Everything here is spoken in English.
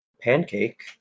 Pancake